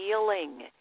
healing